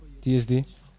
TSD